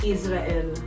Israel